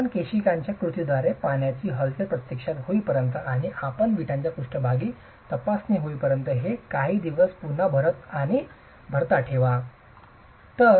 आपण केशिकाच्या कृतीद्वारे पाण्याची हालचाल प्रत्यक्षात होईपर्यंत आणि आपण विटांच्या पृष्ठभागाची तपासणी होईपर्यंत हे काही दिवस पुन्हा भरता आणि ठेवता